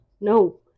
No